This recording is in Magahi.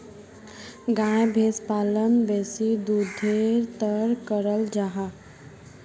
गाय भैंस पालन बेसी दुधेर तंर कराल जाहा